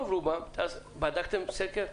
עשיתם סקר?